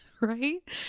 Right